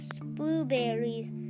blueberries